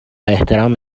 احترام